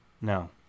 No